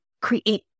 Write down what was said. create